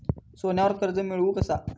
सोन्यावर कर्ज मिळवू कसा?